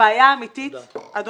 הבעיה האמיתית, אדוני,